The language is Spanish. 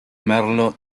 merlo